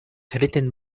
written